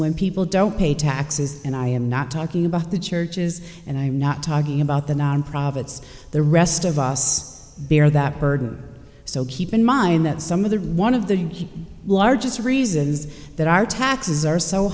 when people don't pay taxes and i am not talking about the churches and i'm not talking about the non profits the rest of us bear that burden so keep in mind that some of the one of the largest reasons that our taxes are so